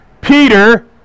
Peter